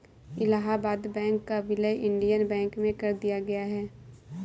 Allahabad bank का विलय Indian bank में कर दिया गया है